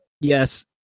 Yes